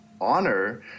honor